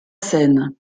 scène